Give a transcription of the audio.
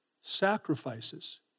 sacrifices